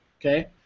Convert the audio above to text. okay